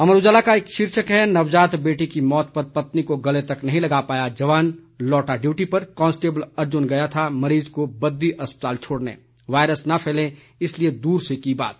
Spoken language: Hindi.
अमर उजाला का शीर्षक है नवजात बेटे की मौत पर पत्नी को गले तक नहीं लगा पाया जवान लौटा डयूटी पर कांस्टेबल अर्जुन गया था मरीज को बद्दी अस्पताल छोड़ने वायरस न फैले इसलिए दूर से की बात